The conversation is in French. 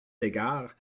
égard